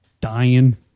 dying